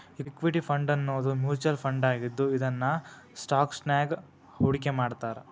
equity ಫಂಡನ್ನೋದು mutual ಫಂಡಾಗಿದ್ದು ಇದನ್ನ ಸ್ಟಾಕ್ಸ್ನ್ಯಾಗ್ ಹೂಡ್ಕಿಮಾಡ್ತಾರ